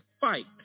fight